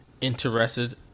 interested